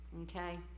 Okay